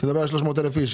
כשאתה מדבר על 300,000 איש,